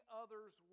others